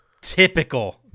Typical